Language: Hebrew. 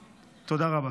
תודה.